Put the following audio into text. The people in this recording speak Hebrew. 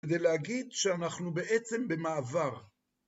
כדי להגיד שאנחנו בעצם במעבר.